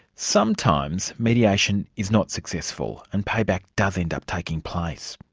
sometimes mediation is not successful and payback does end up taking place.